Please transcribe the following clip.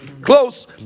close